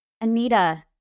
anita